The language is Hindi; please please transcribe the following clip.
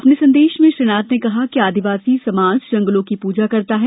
अपने संदेश में श्री नाथ ने कहा कि आदिवासी समाज जंगलों की प्रजा करता हैं